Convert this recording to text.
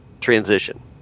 transition